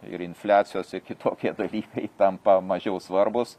ir infliacijos ir kitokie dalykai tampa mažiau svarbūs